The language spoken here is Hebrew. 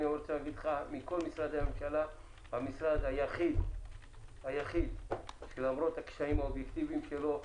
מכל משרדי הממשלה זה המשרד היחיד שלמרות הקשיים האובייקטיביים שלו,